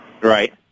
Right